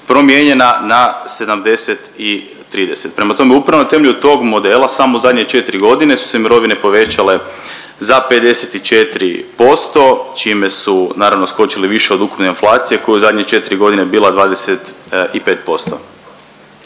promijenjena na 70 i 30. Prema tome, upravo na temelju tog modela samo zadnje četiri godine su se mirovine povećale za 54% čime su naravno skočili više od ukupne inflacije koja je u zadnjih 4 godine bila 25%.